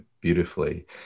beautifully